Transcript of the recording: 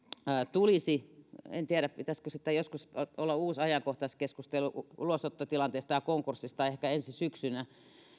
tulisi en tiedä pitäisikö sitä joskus olla uusi ajankohtaiskeskustelu ulosottotilanteesta ja konkurssista ehkä ensi syksynä